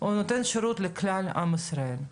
נותנת שירות לכלל עם ישראל,